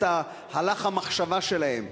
את הלך המחשבה שלהם.